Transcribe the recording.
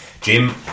Jim